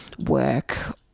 work